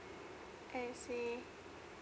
I see